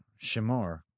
Shemar